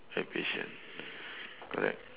have patient correct